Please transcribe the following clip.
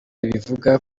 ribivuga